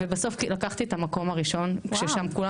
ובסוף לקחתי את המקום הראשון ששם כולם